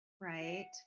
right